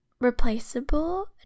replaceable